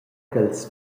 ch’els